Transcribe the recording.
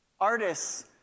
Artists